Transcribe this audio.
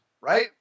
right